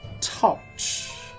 touch